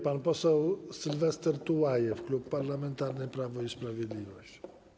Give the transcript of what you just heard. Pan poseł Sylwester Tułajew, Klub Parlamentarny Prawo i Sprawiedliwość.